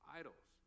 idols